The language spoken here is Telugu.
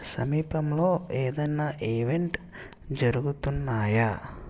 సమీపంలో ఏదైనా ఈవెంట్ జరుగుతున్నాయా